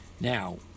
Now